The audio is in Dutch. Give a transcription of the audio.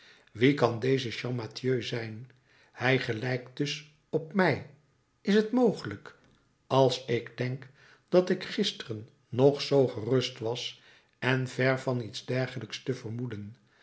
wie kan deze champmathieu zijn hij gelijkt dus op mij is t mogelijk als ik denk dat ik gisteren nog zoo gerust was en ver van iets dergelijks te vermoeden